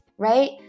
Right